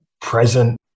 present